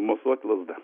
mosuoti lazda